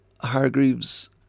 Hargreaves